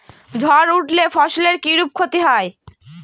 ঝড় উঠলে ফসলের কিরূপ ক্ষতি হয়?